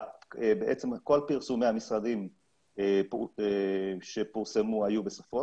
בעצם כל פרסומי המשרדים שפורסמו היו בשפות